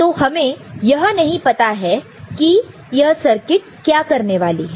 तो हमें यह नहीं पता है यह सर्किट क्या करने वाली है